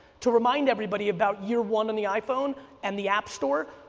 to remind everybody about year one on the iphone and the app store,